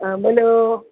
હ બોલો